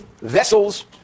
vessels